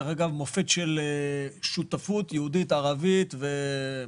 דרך אגב, זה מופת של שותפות יהודית-ערבית ובכלל.